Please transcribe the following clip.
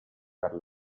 per